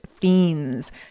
Fiends